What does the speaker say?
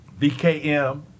VKM